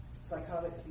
Psychotic